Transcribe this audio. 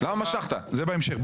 זה בהמשך.